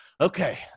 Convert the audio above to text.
okay